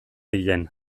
dien